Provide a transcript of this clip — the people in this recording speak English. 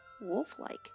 wolf-like